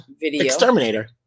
exterminator